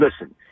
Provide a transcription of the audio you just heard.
listen